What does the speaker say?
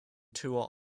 tour